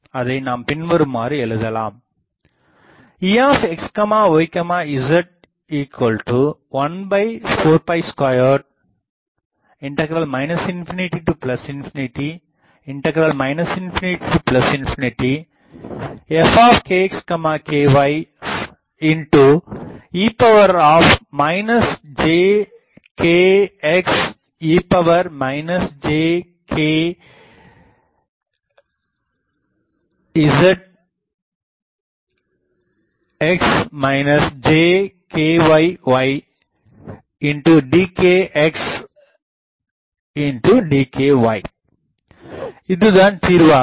அதை நாம் பின்வருமாறு எழுதலாம் Exyz142 ∞∞∞∞ fkxky e jkxe jkxx jkyy dkxdky இது தான் தீர்வாகும்